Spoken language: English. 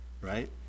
Right